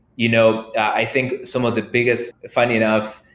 you know i think some of the biggest, funny enough,